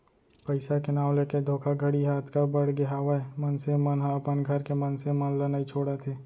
पइसा के नांव लेके धोखाघड़ी ह अतका बड़गे हावय मनसे मन ह अपन घर के मनसे मन ल नइ छोड़त हे